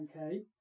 Okay